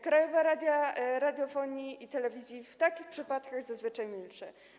Krajowa Rada Radiofonii i Telewizji w takich przypadkach zazwyczaj milczy.